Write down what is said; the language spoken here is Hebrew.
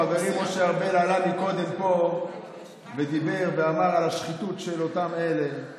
חברי משה ארבל עלה קודם לפה ודיבר ואמר על השחיתות של אותם אלה.